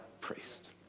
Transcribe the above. priest